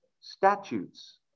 statutes